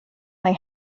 mae